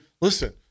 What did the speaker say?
listen